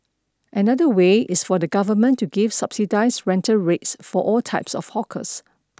another way is for the government to give subsidised rental rates for all types of hawkers